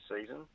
season